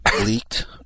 leaked